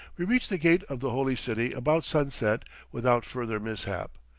we reach the gate of the holy city about sunset without further mishap.